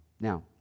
Now